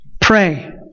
pray